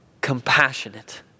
compassionate